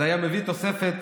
זה היה מביא תוספת